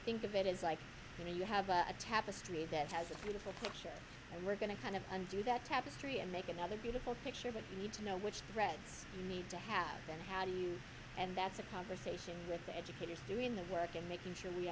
think of it as like you know you have a tapestry that has a beautiful picture and we're going to kind of undo that tapestry and make another beautiful picture but we need to know which threats need to happen how do you and that's a conversation with the educators doing the work and making sure we